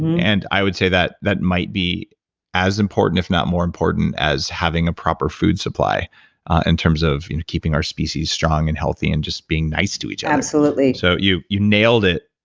and i would say that that might be as important, if not more important as having a proper food supply in terms of you know keeping our species strong and healthy, and just being nice to each other. absolutely. so you you nailed it,